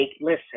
listen